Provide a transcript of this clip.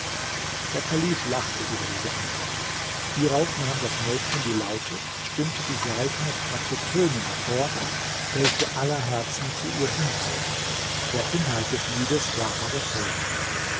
der kalif lachte über diese antwort hierauf nahm das mädchen die laute stimmte die saiten und brachte töne hervor welche aller herzen zu ihr hinzog der inhalt des liedes war aber folgender